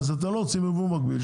אם אתם לא רוצים ייבוא מקביל,